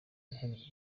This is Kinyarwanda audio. iherezo